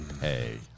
pay